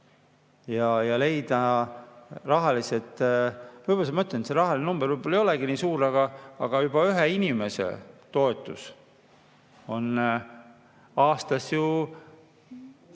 ja leida rahalised võimalused. Ma ütlen, et see rahaline number võib-olla ei olegi nii suur, aga juba ühe inimese toetus on aastas ju ...